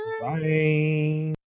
Bye